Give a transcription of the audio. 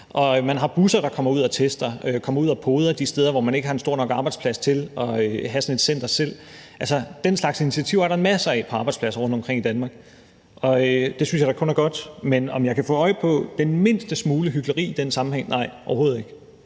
Man har busser, der kommer ud og tester og kommer ud og poder de steder, hvor man ikke har en stor nok arbejdsplads til at have sådan et center selv. Den slags initiativer er der masser af på arbejdspladser rundtomkring i Danmark, og det synes jeg da kun er godt. Men om jeg kan få øje på den mindste smule hykleri i den sammenhæng? Nej, overhovedet ikke.